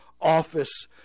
office